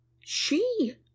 She